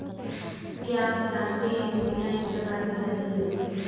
क्या आप जानते है पुदीना एक प्रकार की जड़ी है